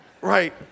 right